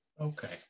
Okay